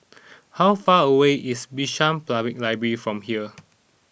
how far away is Bishan Public Library from here